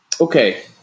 Okay